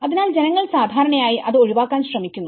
അതിനാൽ ജനങ്ങൾ സാദാരണയായി അത് ഒഴിവാക്കാൻ ശ്രമിക്കുന്നു